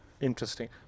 Interesting